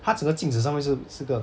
他整个镜子上面是是个